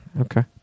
Okay